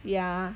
ya